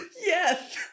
Yes